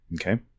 okay